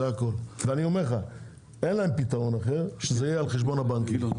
אני אומר לך - אין להם פתרון אחר שזה יהיה על חשבון הבנקים.